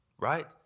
right